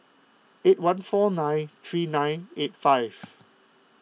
eight one four nine three nine eight five